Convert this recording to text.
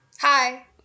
hi